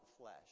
flesh